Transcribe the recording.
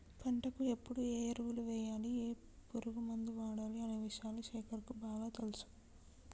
పంటకు ఎప్పుడు ఏ ఎరువులు వేయాలి ఏ పురుగు మందు వాడాలి అనే విషయాలు శేఖర్ కు బాగా తెలుసు